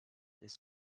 this